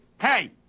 Hey